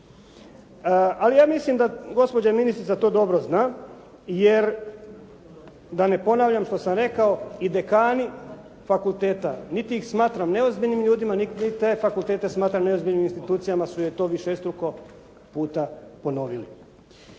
Ali ja mislim da gospođa ministrica to dobro zna, jer da ne ponavljam što sam rekao i dekani fakulteta niti ih smatram neozbiljnim ljudima, niti te fakultete smatram neozbiljnim institucijama jer su to višestruko puta ponovili.